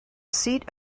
seat